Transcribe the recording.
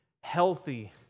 healthy